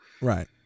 Right